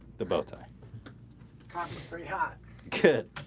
the bowtie cops pretty hot kid